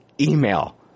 email